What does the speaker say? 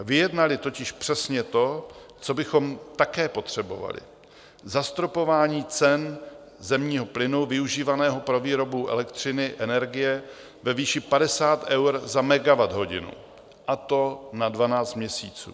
Vyjednali totiž přesně to, co bychom také potřebovali: zastropování cen zemního plynu využívaného pro výrobu elektřiny, energie ve výši 50 eur za megawatthodinu, a to na dvanáct měsíců.